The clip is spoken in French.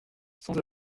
sans